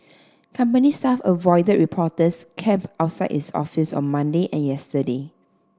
company staff avoided reporters camped outside its office on Monday and yesterday